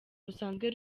rusanzwe